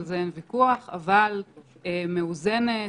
אבל היא מאוזנת,